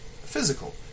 physical